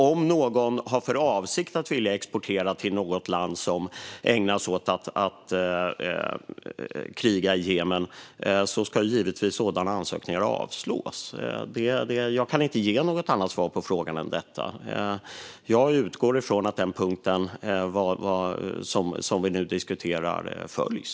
Om någon vill exportera till något land som ägnar sig åt att kriga i Jemen ska givetvis den ansökan avslås. Jag kan inte ge något annat svar på frågan än detta. Jag utgår helt enkelt från att den punkt som vi nu diskuterar följs.